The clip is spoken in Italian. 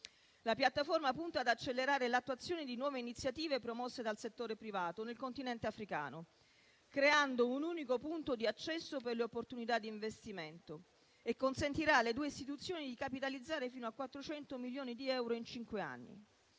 La piattaforma punta ad accelerare l'attuazione di nuove iniziative promosse dal settore privato nel continente africano creando un unico punto di accesso per le opportunità di investimento e consentirà alle due istituzioni di capitalizzare fino a 400 milioni di euro in cinque anni.